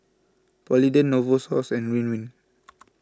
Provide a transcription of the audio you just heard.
Polident Novosource and Ridwind